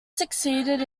succeeded